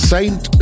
Saint